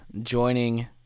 joining